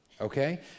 okay